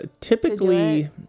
typically